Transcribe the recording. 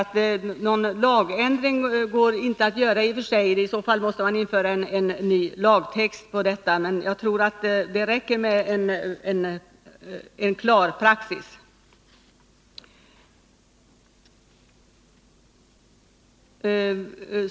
Någon lagändring går inte att göra i och för sig —i så fall måste man införa en ny lagtext. Men jag tror att det räcker med en klar praxis.